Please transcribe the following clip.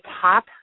top